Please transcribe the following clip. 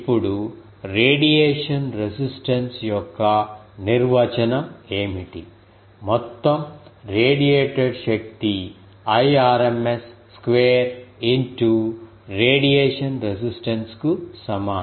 ఇప్పుడు radiation resistance యొక్క నిర్వచనం ఏమిటి మొత్తం రేడియేటెడ్ శక్తి Irms square into radiation resistance కు సమానం